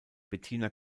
bettina